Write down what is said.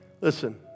Listen